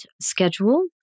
schedule